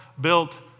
built